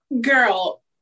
girl